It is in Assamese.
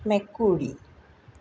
মেকুৰী